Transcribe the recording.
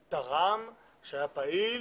שתרם, שהיה פעיל.